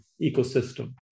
ecosystem